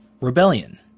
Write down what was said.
Rebellion